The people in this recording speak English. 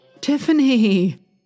Tiffany